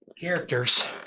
characters